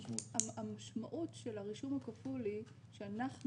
המשמעות של הרישום הכפול היא שאנחנו